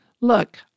look